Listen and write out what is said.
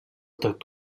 tot